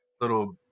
little